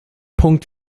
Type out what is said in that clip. punkt